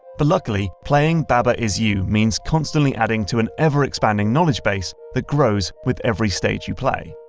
but luckily, playing baba is you means constantly adding to an ever expanding knowledge base that grows with every stage you play.